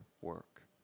work